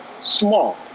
small